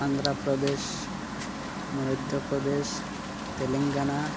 Andhra Pradesh Madhya Pradesh Telangana